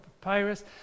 papyrus